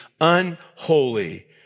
unholy